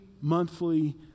monthly